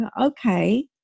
Okay